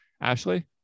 Ashley